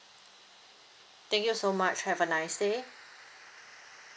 thank you so much have a nice day